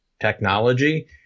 technology